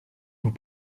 vous